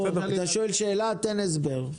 אתה שואל שאלה, תן הסבר.